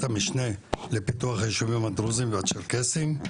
המשנה לפיתוח היישובים הדרוזים והצ'רקסים.